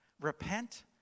Repent